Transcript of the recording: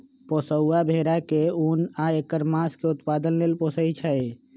पोशौआ भेड़ा के उन आ ऐकर मास के उत्पादन लेल पोशइ छइ